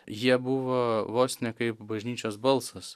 jie buvo vos ne kaip bažnyčios balsas